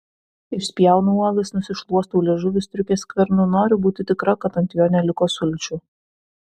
išspjaunu uogas nusišluostau liežuvį striukės skvernu noriu būti tikra kad ant jo neliko sulčių